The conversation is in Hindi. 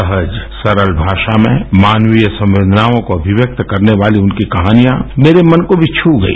सहज सरल भाषा में मानवीय संवेदनाओं को अभिव्यक्त करने वाली उनकी कहानियां मेरे मन को मी छू गई